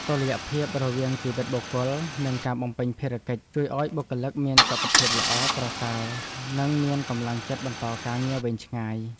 តុល្យភាពរវាងជីវិតបុគ្គល និងការបំពេញភារកិច្ចជួយឱ្យបុគ្គលិកមានសុខភាពល្អប្រសើរនិងមានកម្លាំងចិត្តបន្តការងារវែងឆ្ងាយ។